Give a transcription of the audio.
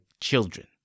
children